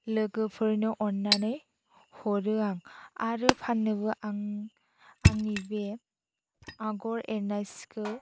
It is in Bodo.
लोगोफोरनो अननानै हरो आं आरो फाननोबो आं आंनि बे आगर एरनाय सिखौ